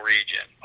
Region